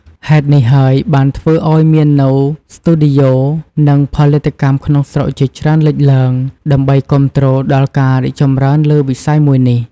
ហេតុនេះហើយបានធ្វើអោយមាននូវ ស្ទូឌីយោ និងផលិតកម្មក្នុងស្រុកជាច្រើនលេចឡើង ដើម្បីគាំទ្រដល់ការរីកចម្រើនលើវិស័យមួយនេះ។